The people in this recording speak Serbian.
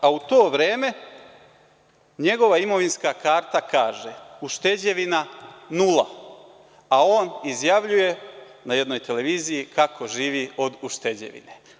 A u to vreme njegova imovinska karta kaže – ušteđevina nula, a on izjavljuje na jednoj televiziji kako živi od ušteđevine.